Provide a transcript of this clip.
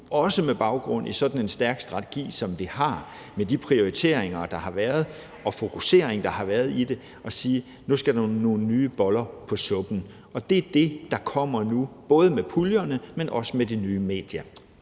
også med baggrund i sådan en stærk strategi, som vi har, med de prioriteringer, der har været foretaget, og med den fokusering, der har været på det – til at sige, at nu skal der nogle nye boller på suppen. Det er det, der kommer nu – både med puljerne, men også med de nye medier.